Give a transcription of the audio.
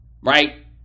right